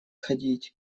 ходить